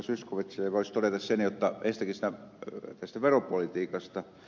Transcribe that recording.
zyskowiczille voisi todeta ensinnäkin tästä veropolitiikasta